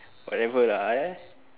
whatever lah